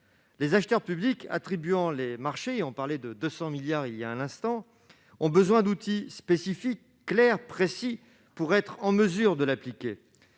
Les acheteurs publics attribuant les marchés- un montant de 200 milliards d'euros a été évoqué -ont besoin d'outils spécifiques, clairs, précis, pour être en mesure d'appliquer